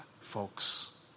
folks